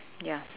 ya